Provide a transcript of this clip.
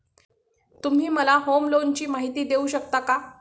तुम्ही मला होम लोनची माहिती देऊ शकता का?